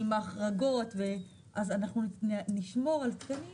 אנחנו נשמור על תקנים